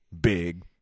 big